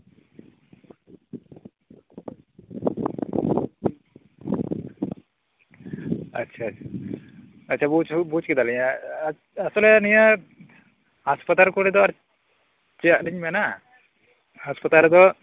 ᱟᱪᱪᱷᱟ ᱟᱪᱪᱷᱟ ᱵᱩᱡᱽ ᱠᱮᱫᱟᱞᱤᱧ ᱟᱥᱚᱞᱮ ᱱᱤᱭᱟᱹ ᱦᱟᱸᱥᱯᱟᱛᱟᱞ ᱠᱚᱨᱮ ᱫᱚ ᱪᱮᱫ ᱞᱤᱧ ᱢᱮᱱᱟ ᱦᱟᱥᱯᱟᱛᱟᱞ ᱨᱮᱫᱚ